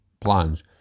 plans